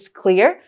clear